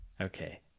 Okay